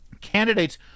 Candidates